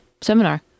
seminar